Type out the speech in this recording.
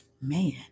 man